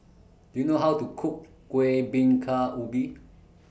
Do YOU know How to Cook Kuih Bingka Ubi